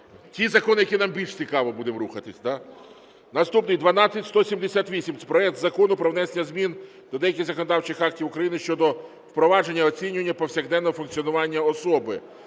Ті закони, які нам більш цікаві, будемо рухатися. Наступний 12178. Це проект Закону про внесення змін до деяких законодавчих актів України щодо впровадження оцінювання повсякденного функціонування особи.